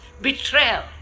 betrayal